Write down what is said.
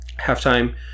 Halftime